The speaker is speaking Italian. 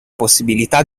possibilità